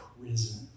prison